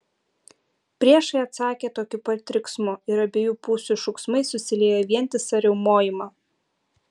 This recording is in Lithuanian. priešai atsakė tokiu pat riksmu ir abiejų pusių šūksmai susiliejo į vientisą riaumojimą